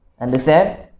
Understand